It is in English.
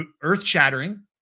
earth-shattering